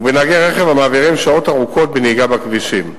ובנהגי רכב המעבירים שעות ארוכות בנהיגה בכבישים.